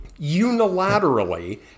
unilaterally